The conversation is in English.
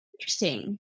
Interesting